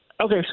Okay